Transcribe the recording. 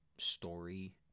Story